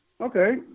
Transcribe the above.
Okay